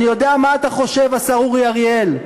אני יודע מה אתה חושב, השר אורי אריאל.